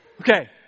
Okay